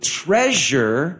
treasure